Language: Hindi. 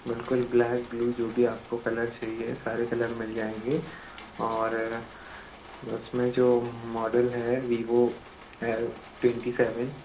बिलकुल ब्लैक ब्लू जो भी आपको कलर चाहिए है सारे कलर मिल जाएँगे और उसमें जो मॉडल है वीवो ट्वेंटी सेवन